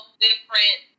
different